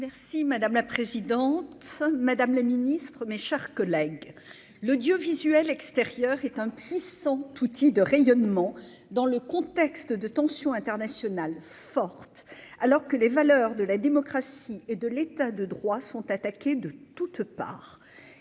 Merci madame la présidente, Madame la Ministre, mes chers collègues, l'audiovisuel extérieur est un puissant outil de rayonnement dans le contexte de tensions internationales fortes alors que les valeurs de la démocratie et de l'état de droit sont attaqués de toutes parts